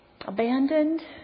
abandoned